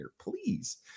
please